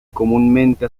comúnmente